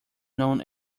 known